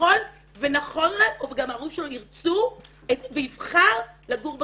יכול ונכון לו וגם ההורים שלו ירצו ויבחר לגור בקהילה.